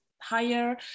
higher